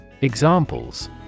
Examples